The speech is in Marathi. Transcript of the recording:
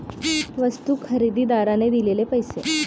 वस्तू खरेदीदाराने दिलेले पैसे